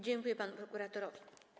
Dziękuję panu prokuratorowi.